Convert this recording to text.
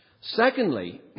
Secondly